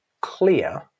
clear